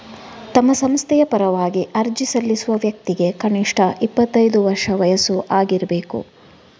ತಮ್ಮ ಸಂಸ್ಥೆಯ ಪರವಾಗಿ ಅರ್ಜಿ ಸಲ್ಲಿಸುವ ವ್ಯಕ್ತಿಗೆ ಕನಿಷ್ಠ ಇಪ್ಪತ್ತೈದು ವರ್ಷ ವಯಸ್ಸು ಆಗಿರ್ಬೇಕು